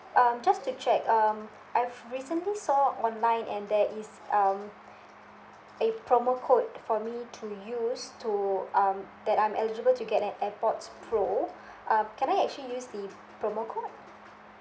um just to check um I've recently saw online and there is um a promo code for me to use to um that I'm eligible to get an airpods pro uh can I actually use the promo code